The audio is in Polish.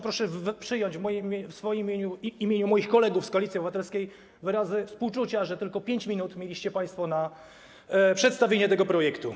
Proszę przyjąć w imieniu moim i imieniu moich kolegów z Koalicji Obywatelskiej wyrazy współczucia, że tylko 5 minut mieliście państwo na przedstawienie tego projektu.